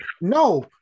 no